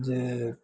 जे